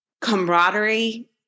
camaraderie